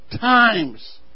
times